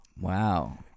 Wow